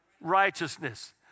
righteousness